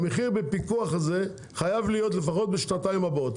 המחיר הזה בפיקוח חייב להיות לפחות בשנתיים הבאות,